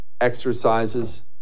exercises